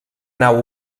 nau